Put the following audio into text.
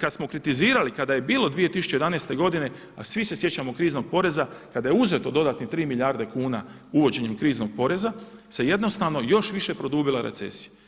kada smo kritizirali i kada je bilo 2011. godine a svi se sjećamo kriznog poreza kada je uzeto dodatnih 3 milijarde kuna uvođenjem kriznog poreza se jednostavno još više produbila recesija.